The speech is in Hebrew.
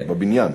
בבניין.